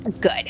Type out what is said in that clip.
Good